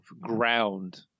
ground